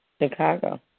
Chicago